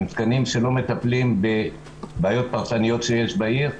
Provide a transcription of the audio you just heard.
תקנים שלא מטפלים בבעיות פרטניות שיש בעיר,